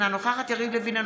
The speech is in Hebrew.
אינה נוכחת יריב לוין,